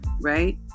right